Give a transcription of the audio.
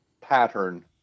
pattern